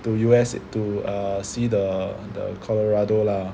the U_S to err see the the Colorado lah